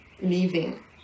leaving